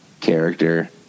character